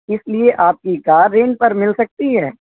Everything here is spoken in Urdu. اس لیے آپ کی کار رینٹ پر مل سکتی ہے